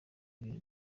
ibintu